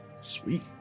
Sweet